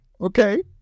okay